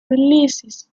releases